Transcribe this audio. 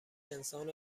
انسان